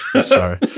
sorry